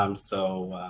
um so